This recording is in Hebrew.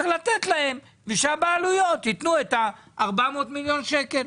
צריך לתת להן ושהבעלויות יתנו את ה-400 מיליון שקל.